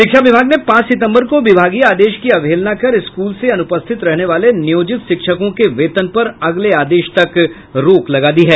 शिक्षा विभाग ने पांच सितम्बर को विभागीय आदेश की अवहेलना कर स्कूल से अनुपस्थित रहने वाले नियोजित शिक्षकों के वेतन पर अगले आदेश तक रोक लगा दी है